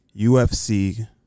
UFC